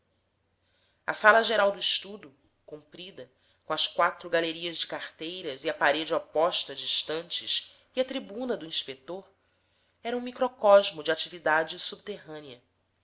a sala geral do estudo comprida com as quatro galerias de carteiras e a parede oposta de estantes e a tribuna do inspetor era um microcosmo de atividade subterrânea